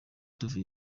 tuvuye